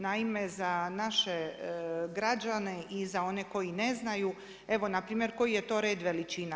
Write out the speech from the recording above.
Naime za naše građane i za one koji ne znaju, evo npr. koji je to red veličina.